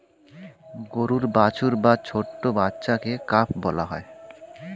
গরুর বাছুর বা ছোট্ট বাচ্ছাকে কাফ বলা হয়